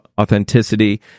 Authenticity